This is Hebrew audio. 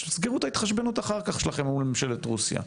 תסגרו את ההתחשבנות שלכם אחר כך מול ממשלת רוסיה,